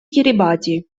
кирибати